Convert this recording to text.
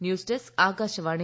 news desk Akashvani